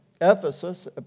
Ephesus